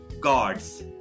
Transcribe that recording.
gods